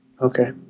Okay